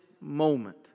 moment